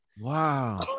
Wow